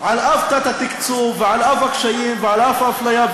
התת-תקצוב ועל-אף הקשיים ועל-אף האפליה,